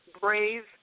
brave